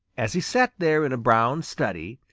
as he sat there in a brown study,